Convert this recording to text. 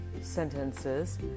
sentences